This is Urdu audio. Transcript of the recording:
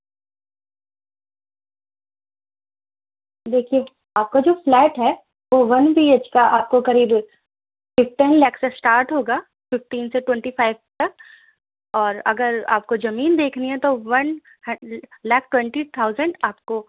دیکھیے آپ کا جو فلیٹ ہے وہ ون بی ایچ کا آپ کو قریب ففٹین لیک سے اسٹارٹ ہوگا ففٹین سے ٹوونٹی فائیو تک اور اگر آپ کو زمین دیکھنی ہے تو ون ہڈ لاک ٹونٹی تھاؤزینڈ آپ کو